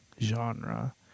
genre